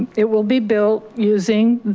it will be built using